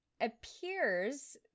appears